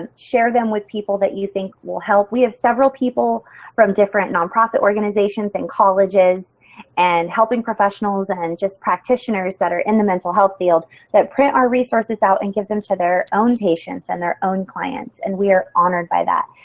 ah share them with people that you think will help. we have several people from different nonprofit organizations and colleges and helping professionals and just practitioners that are in the mental health field that print our resources out and give them to their own patients and their own clients and we are honored by that.